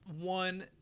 one